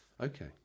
Okay